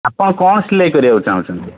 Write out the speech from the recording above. ଆପଣ କ'ଣ ସିଲେଇ କରିବାକୁ ଚାହୁଁଛନ୍ତି